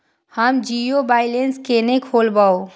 हम zero balance केना खोलैब?